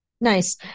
Nice